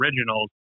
originals